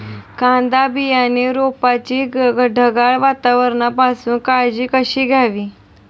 कांदा बियाणे रोपाची ढगाळ वातावरणापासून काळजी कशी घ्यावी?